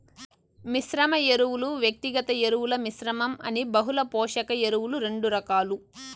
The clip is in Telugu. మిశ్రమ ఎరువులు, వ్యక్తిగత ఎరువుల మిశ్రమం అని బహుళ పోషక ఎరువులు రెండు రకాలు